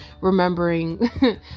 remembering